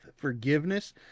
Forgiveness